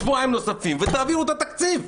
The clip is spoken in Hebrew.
שבועיים נוספים ותעבירו את התקציב.